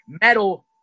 metal